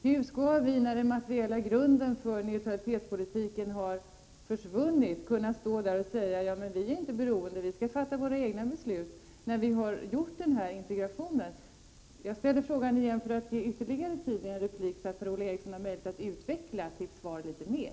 Hur skall vi, när den materiella grunden för neutralitetspolitiken har försvunnit och när integrationen har kommit till stånd, kunna säga att vi inte är beroende, att vi kan fatta våra egna beslut? Jag ställer frågan på nytt för att Per-Ola Eriksson i ytterligare en replik skall kunna utveckla sitt svar litet mer.